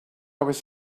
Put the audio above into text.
was